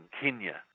Kenya